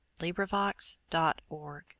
LibriVox.org